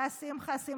תודה, שמחה.